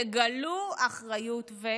תגלו אחריות ומנהיגות.